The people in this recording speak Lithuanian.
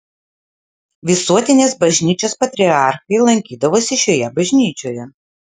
visuotinės bažnyčios patriarchai lankydavosi šioje bažnyčioje